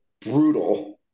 brutal